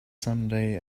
someday